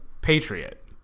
Patriot